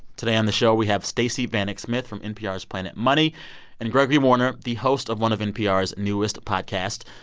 today on the show, we have stacey vanek smith from npr's planet money and gregory warner, the host of one of npr's newest podcast.